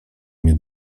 mnie